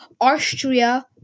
Austria